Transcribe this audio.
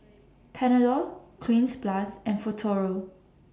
Panadol Cleanz Plus and Futuro